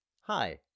Hi